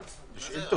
יש לנו אישור?